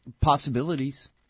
possibilities